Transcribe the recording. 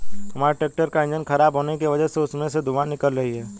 हमारे ट्रैक्टर का इंजन खराब होने की वजह से उसमें से धुआँ निकल रही है